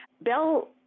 Bell